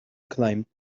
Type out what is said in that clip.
climbed